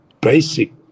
basic